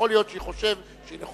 שהיא מטופשת.